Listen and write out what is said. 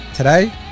Today